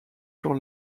sur